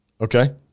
okay